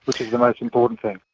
which is the most important thing.